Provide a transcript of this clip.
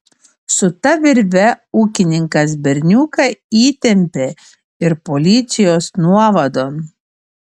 su ta virve ūkininkas berniuką įtempė ir policijos nuovadon